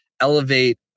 elevate